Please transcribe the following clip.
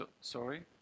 sorry